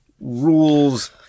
rules